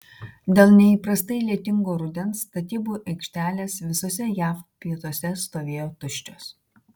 dėl neįprastai lietingo rudens statybų aikštelės visuose jav pietuose stovėjo tuščios